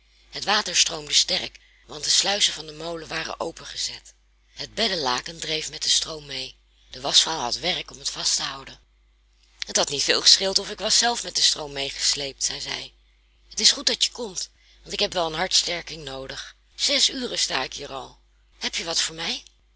het water stroomde sterk want de sluizen van den molen waren opengezet het beddelaken dreef met den stroom mee de waschvrouw had werk om het vast te houden het had niet veel gescheeld of ik was zelf met den stroom meegesleept zeide zij het is goed dat je komt want ik heb wel een hartsterking noodig zes uren sta ik hier al heb je wat voor mij